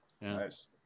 Nice